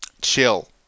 chill